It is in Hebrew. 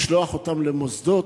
לשלוח אותם למוסדות,